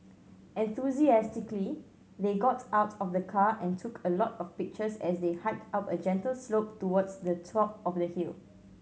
enthusiastically they got out of the car and took a lot of pictures as they hiked up a gentle slope towards the top of the hill